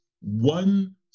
one